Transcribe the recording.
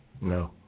No